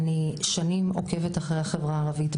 שנים אני עוקבת אחרי החברה הערבית,